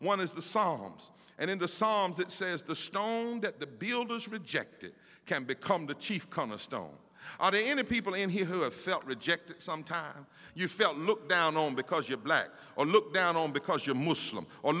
one is the psalms and in the psalms it says the stone that the builders rejected can become the chief come the stone are they any people in here who have felt rejected sometime you felt looked down on because you're black or looked down on because you're muslim or